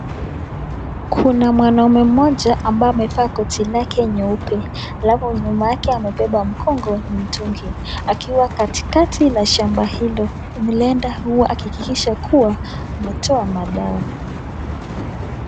Kuna mwanaume mmoja ambaye amevaa koti lake nyeupe alafu nyuma yake amebeba mgongoni ni mtungi akiwa katikati la shamba hilo. Mlenda huwa akihakikisha kuwa ametoa madawa.